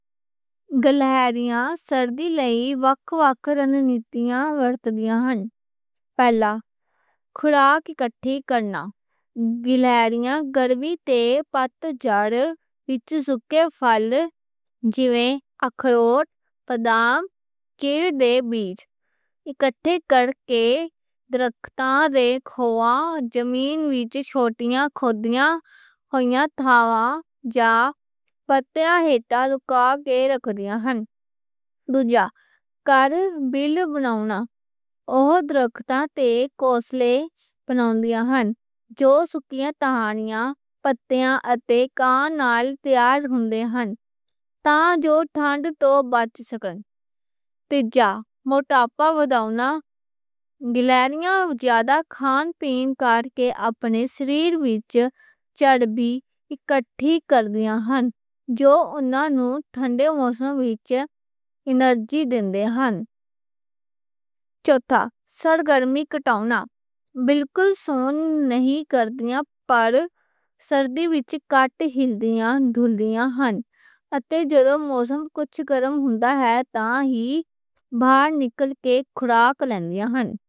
گلہریاں سردی لئی وکھ وکھ طریقیاں نال تیاری کرنیاں ہن۔ پہلا، خوراک اکٹھے کرنا۔ گلہریاں گرمی تے پت جھڑ وچ سوکے پھل اکٹھے کرنیاں ہن۔ اکٹھے کرکے درختاں دے کھوواں، زمیں وچ چھوٹیاں کھودیاں ہوئیاں تھاواں ہِتے لا کے رکھدیاں ہن۔ دوجھا، کوسلے بنانا۔ اوہ درختاں تے کوسلے بنانیاں ہن۔ جو سوکیاں ٹہنیاں، پتیاں اتے گھاس نال تیار ہندے ہن۔ تاں جو ٹھنڈ توں بچ سکّن۔ تیجا، موٹاپا ودھانا، گلہریاں وڈھیا کھان پین کرکے اپنے سریر وچ چربی اکٹھّی کرنیاں ہن۔ جو انہاں نوں ٹھنڈے موسم وچ انرجی دیندی اے۔ چوتھا، سرگرمی کٹھاؤنا، بالکل سون نئیں کرنیاں، پر سردی وچ کٹ ہلدیاں پھردیاں ہن۔ اتے جدوں موسم کچھ گرم ہندا ہے، تے ہی باہر نکل کے خوراک لئی نکلدیاں ہن۔